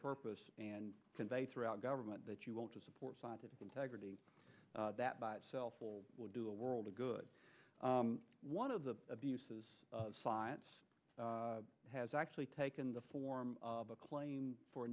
purpose and convey throughout government that you want to support scientific integrity that by itself will do a world of good one of the abuses of science has actually taken the form of a claim for a